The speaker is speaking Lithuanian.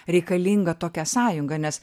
reikalinga tokia sąjunga nes